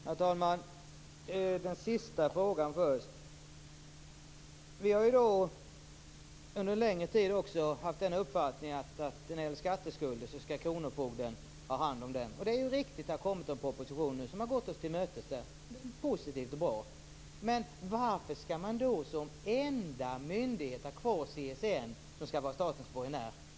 Herr talman! Den sista frågan först. Vi har under en längre tid haft den uppfattningen att det är kronofogden som skall ha hand om skatteskulder. Det är riktigt. Det har kommit en proposition där man gått oss till mötes. Det är positivt och bra. Varför skall CSN som enda myndighet vara kvar som statens borgenär?